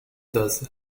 does